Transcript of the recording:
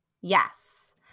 Yes